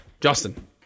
Justin